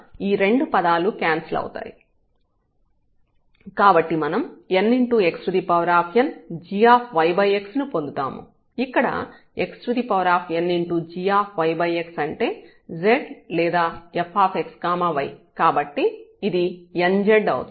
కాబట్టి మనం nxn gyx ను పొందుతాము ఇక్కడ xn gyx అంటే z లేదా fx y కాబట్టి ఇది nz అవుతుంది